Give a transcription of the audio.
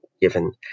given